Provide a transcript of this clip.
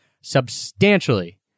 substantially